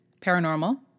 paranormal